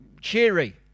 cheery